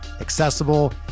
accessible